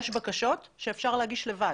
יש בקשות שאפשר להגיש לבד.